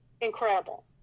incredible